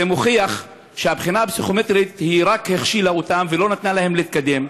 זה מוכיח שהבחינה הפסיכומטרית רק הכשילה אותם ולא נתנה להם להתקדם,